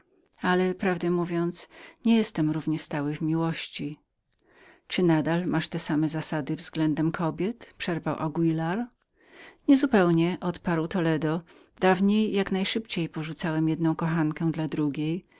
strony prawdę mówiąc nie jestem równie stałym w miłości czy zawsze masz te same zasady względem kobiet przerwał anguilar nie zupełnie odparł toledo dawniej jak można najszybciej porzucałem jedną kochankę dla drugiej